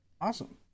Awesome